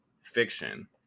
fiction